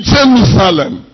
Jerusalem